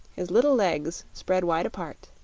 his little legs spread wide apart.